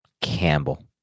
Campbell